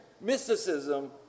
mysticism